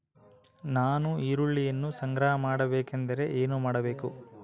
ನಾನು ಈರುಳ್ಳಿಯನ್ನು ಸಂಗ್ರಹ ಮಾಡಬೇಕೆಂದರೆ ಏನು ಮಾಡಬೇಕು?